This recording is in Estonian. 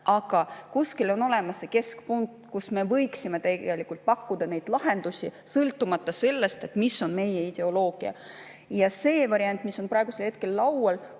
aga kuskil on olemas see keskpunkt, kus me võiksime tegelikult pakkuda lahendusi sõltumata sellest, mis on meie ideoloogia. Ja see variant, mis on praegusel hetkel laual,